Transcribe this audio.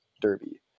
derby